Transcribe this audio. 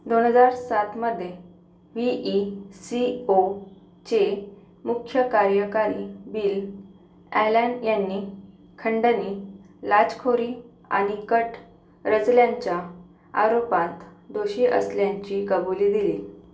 दोन हजार सातमध्ये व्ही ई सी ओचे मुख्य कार्यकारी बिल ॲलन यांनी खंडणी लाचखोरी आणि कट रचल्याच्या आरोपांत दोषी असल्याची कबुली दिली